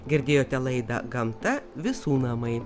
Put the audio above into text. girdėjote laidą gamta visų namai